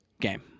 game